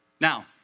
Now